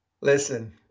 Listen